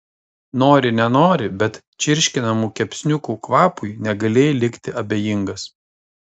nori nenori bet čirškinamų kepsniukų kvapui negalėjai likti abejingas